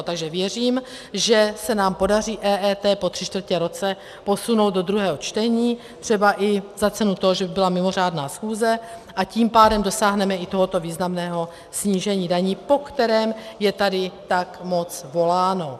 Takže věřím, že se nám podaří EET po tři čtvrtě roce posunout do druhého čtení, třeba i za cenu toho, že by byla mimořádná schůze, a tím pádem dosáhneme i tohoto významného snížení daní, po kterém je tady tak moc voláno.